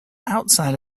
outside